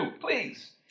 please